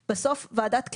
בסוף, ועדת קידר,